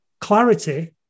clarity